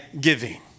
giving